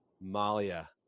Malia